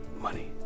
money